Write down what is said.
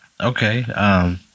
Okay